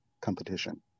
competition